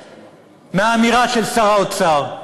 חודש מהאמירה של שר האוצר,